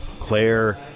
Claire